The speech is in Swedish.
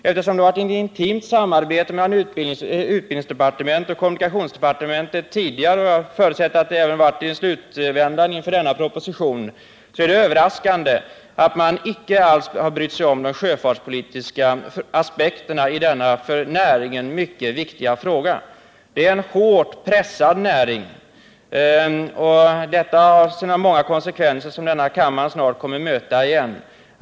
Eftersom det har varit ett intimt samarbete mellan utbildningsdepartementet och kommunikationsdepartementet tidigare, och jag förutsätter att det även har varit det i slutändan inför denna proposition, är det överraskande att man icke alls har brytt sig om de sjöfartspolitiska aspekterna i denna för näringen mycket viktiga fråga. Det är en hårt pressad näring, vilket har fått många konsekvenser som denna kammare snart kommer att få möta.